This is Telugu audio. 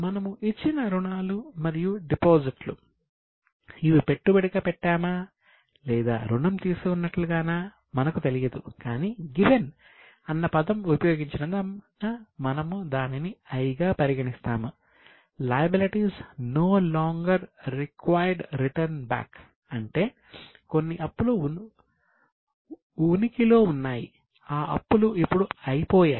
మనము ఇచ్చిన రుణాలు మరియు డిపాజిట్లు ఇప్పుడు అయిపోయాయి